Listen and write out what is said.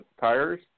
tires